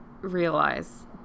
realize